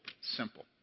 simple